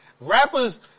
Rappers